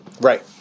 Right